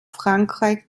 frankreich